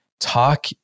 Talk